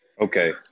Okay